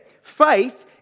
Faith